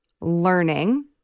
learning